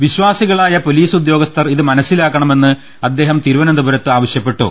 വിശ്വാസികളായ പൊലീസ് ഉദ്യോഗസ്ഥർ ഇത് മനസിലാക്കണമെന്ന് അദ്ദേഹം തിരുവനന്തപുരത്ത് ആവശ്യപ്പെട്ടു